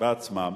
בעצמם.